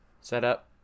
setup